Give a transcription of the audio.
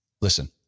Listen